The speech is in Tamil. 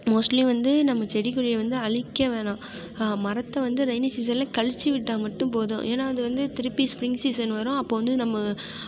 மோஸ்ட்லி வந்து நம்ம செடி கொடியை வந்து அழிக்க வேணாம் மரத்தை வந்து ரெய்னி சீசனில் கழித்து விட்டால் மட்டும் போதும் ஏன்னால் அது வந்து திருப்பி ஸ்ப்ரிங் சீசன் வரும் அப்போது வந்து நம்ம